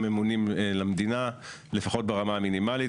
אמונים למדינה לפחות ברמה המינימלית,